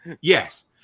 Yes